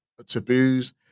taboos